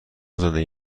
زندگی